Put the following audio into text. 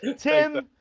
tim,